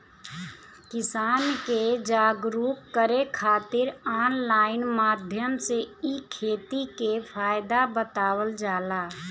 किसान के जागरुक करे खातिर ऑनलाइन माध्यम से इ खेती के फायदा बतावल जाला